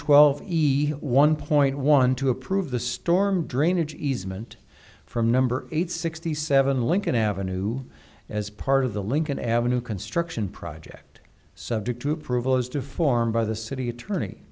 twelve either one point one to approve the storm drainage easement from number eight sixty seven lincoln avenue as part of the lincoln avenue construction project subject to approval as deformed by the city attorney